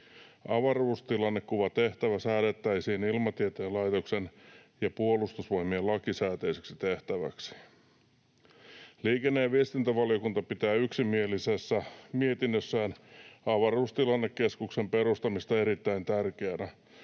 Avaruustilannekuvatehtävä säädettäisiin Ilmatieteen laitoksen ja Puolustusvoimien lakisääteiseksi tehtäväksi. Liikenne- ja viestintävaliokunta pitää yksimielisessä mietinnössään avaruustilannekeskuksen perustamista erittäin tärkeänä.